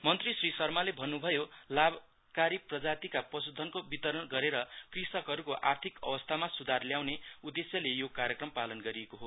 मन्त्री श्री शर्माले भन्नभयो लाभकारी प्रजातिका पशुधनको वितरण गरेर कृषकहरुको आर्थिक अवस्थामा सुधार ल्याउने उदेश्यले यो कार्यक्रम पालन गरिएको हो